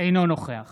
אינו נוכח